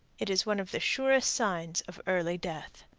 it is one of the surest signs of early death.